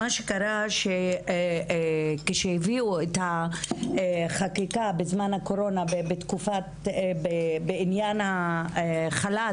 מה שקרה זה כשהביאו את החקיקה בזמן הקורונה בעניין החל"ת,